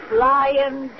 Flying